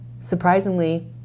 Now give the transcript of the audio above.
surprisingly